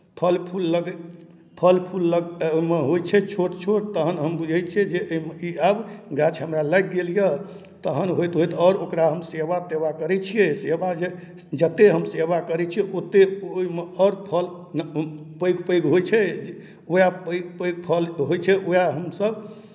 फल फूल लगै फल फूल लग् ओहिमे होइ छै छोट छोट तहन हम बुझै छियै जे एहि ई ई आब गाछ हमरा लागि गेल यए तहन होइत होइत आओर ओकरा हम सेवा तेवा करै छियै सेवा जे जतेक हम सेवा करै छियै ओतेक ओहिमे आओर फल न् पैघ पैघ होइ छै उएह पैघ पैघ फल होइ छै उएह हमसभ